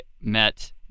met